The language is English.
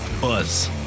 buzz